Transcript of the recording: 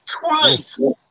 twice